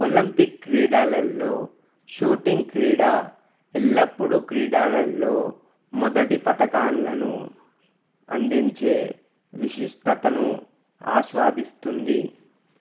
Olympic క్రీడలల్లో shooting క్రీడ ఎల్లప్పుడూ క్రీడలల్లో మొదటి పతకాలను అందించే విశిష్టతను ఆస్వాదిస్తుంది